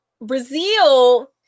Brazil